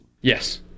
Yes